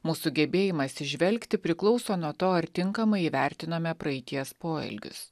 mūsų gebėjimas įžvelgti priklauso nuo to ar tinkamai įvertinome praeities poelgius